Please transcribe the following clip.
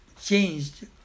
changed